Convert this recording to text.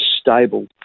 stable